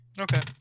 Okay